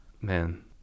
Man